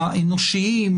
האנושיים,